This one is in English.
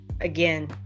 again